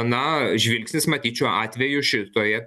na žvilgsnis matyt šiuo atveju šitoje